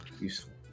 useful